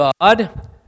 God